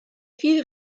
viel